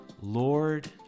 Lord